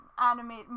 Animate